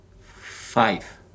Five